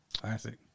Classic